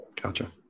Gotcha